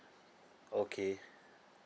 okay